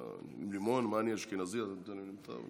כנסת נכבדה, כולנו נמצאים